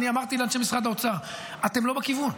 אני אמרתי לאנשי משרד האוצר: אתם לא בכיוון.